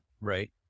Right